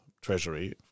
Treasury